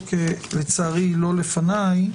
לטובת הפרוטוקול אזכיר שסעיף 2 (א) 1, קובע: